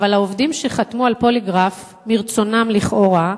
אבל העובדים שחתמו על הפוליגרף, מרצונם לכאורה,